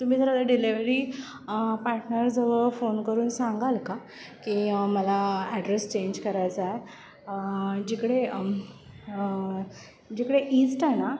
तुम्ही जरा दा डिलेवरी पार्टनरजवळ फोन करून सांगाल का की मला ॲड्रेस चेंज करायचा आहे जिकडे जिकडे ईस्ट आहे ना